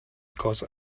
cosa